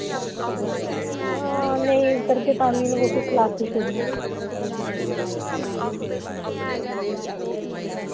हां नेईं करगे तांमी इ'नैं कोह्की खलासी छोड़नी